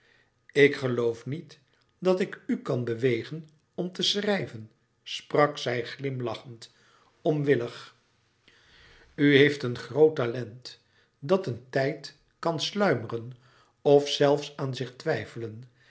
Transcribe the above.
ik geloof niet dat ik u kàn bewegen om te schrijven sprak zij glimlachend onwillig u heeft een groot talent dat een tijd kan sluimeren of zelfs aan zich twijfelen